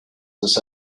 this